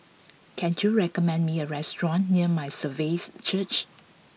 can you recommend me a restaurant near My Saviour's Church